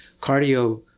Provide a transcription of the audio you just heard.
cardio